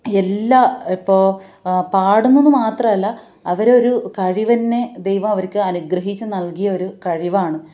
എല്ലാം ഇപ്പോൾ പാടുന്നു എന്ന് മാത്രമല്ല അവരെ ഒരു കഴിവ് തന്നെ ദൈവം അവർക്ക് അനുഗ്രഹിച്ച് നല്കിയ ഒരു കഴിവാണ്